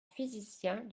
physiciens